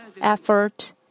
effort